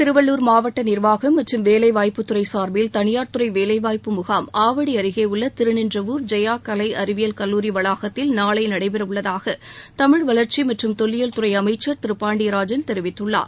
திருவள்ளூர் மாவட்ட நிர்வாகம் மற்றும் வேலை வாய்ப்புத்துறை சார்பில் தனியார்துறை வேலை வாய்ப்பு முகாம் ஆவடி அருகே உள்ள திருநின்றவூர் ஜெயா கலை அறிவியல் கல்லூரி வளாகத்தில் நாளை நடைபெற உள்ளதாக தமிழ வளர்ச்சி மற்றும் தொல்லியல் துறை அமைச்சர் திரு பாண்டியராஜன் தெரிவித்துள்ளார்